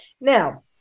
now